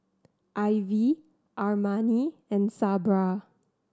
Ivy Armani and Sabra